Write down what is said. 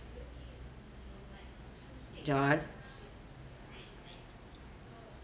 john